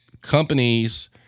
companies